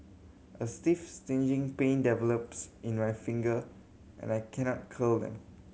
a stiff stinging pain develops in my finger and I cannot curl them